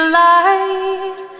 light